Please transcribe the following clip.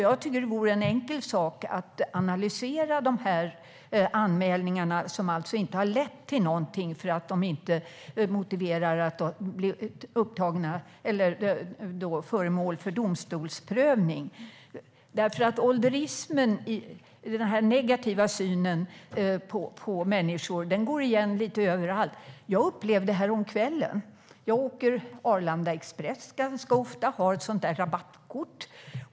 Jag tycker att det vore en enkel sak att analysera anmälningarna som inte har lett till någonting för att de inte har blivit föremål för domstolsprövning. Ålderismen, den negativa synen på äldre människor, går igen lite överallt. Jag upplevde det häromkvällen. Jag åker Arlanda Express ganska ofta och har ett rabattkort.